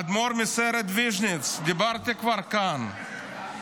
האדמו"ר מסערט ויזניץ' דיברתי כבר כאן,